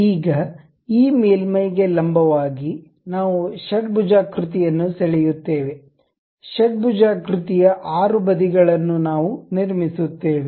ಈಗ ಈ ಮೇಲ್ಮೈಗೆ ಲಂಬವಾಗಿ ನಾವು ಷಡ್ಭುಜಾಕೃತಿಯನ್ನು ಸೆಳೆಯುತ್ತೇವೆ ಷಡ್ಭುಜಾಕೃತಿ ಯ 6 ಬದಿಗಳನ್ನು ನಾವು ನಿರ್ಮಿಸುತ್ತೇವೆ